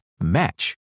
match